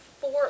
four